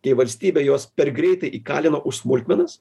kai valstybė juos per greitai įkalino už smulkmenas